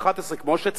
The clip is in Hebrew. כמו שצעקנו,